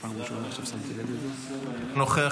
חבר הכנסת יבגני סובה, אינו נוכח.